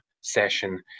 session